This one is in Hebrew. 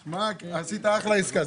עשית אחלה עסקה.